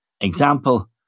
example